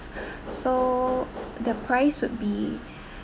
so the price would be